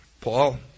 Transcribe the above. Paul